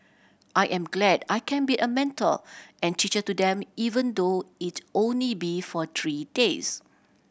I am glad I can be a mentor and teacher to them even though it'll only be for three days